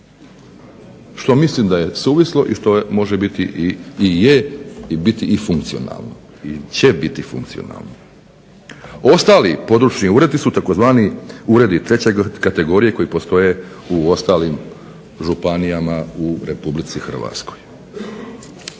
što mislim da je suvislo i može biti i je i bit će funkcionalno. Ostali područni uredi su tzv. uredi treće kategorije koji postoje u ostalim županijama u RH.